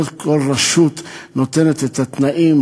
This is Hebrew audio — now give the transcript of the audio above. לא כל רשות נותנת את התנאים,